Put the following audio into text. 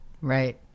right